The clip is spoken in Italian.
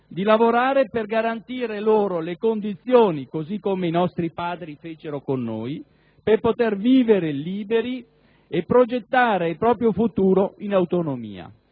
di lavorare per garantire loro le condizioni (così come i nostri padri fecero con noi) per poter vivere liberi e progettare il proprio futuro in autonomia.